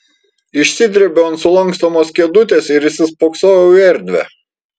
išsidrėbiau ant sulankstomos kėdutės ir įsispoksojau į erdvę